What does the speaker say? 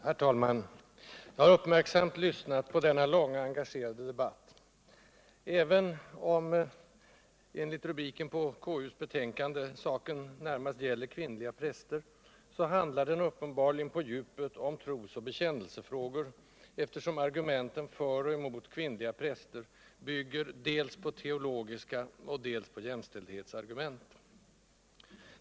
Herr talman! Jag har uppmärksamt lyssnat på denna långa och engagerade debatt. Även om det enligt rubriken på konstitutionsutskottets betänkande i sak närmast gäller kvinnliga präster handlar den uppenbarligen på djupet om tros och bekännelsefrågor, eftersom argumenten för och emot kvinnliga präster är dels teologiska, dels jämställdhetsargument.